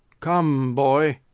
come, boy.